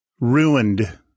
ruined